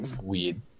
weird